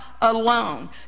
alone